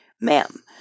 Ma'am